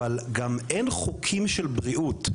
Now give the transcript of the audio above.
אבל גם אין חוקים של בריאות,